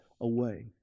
away